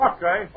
Okay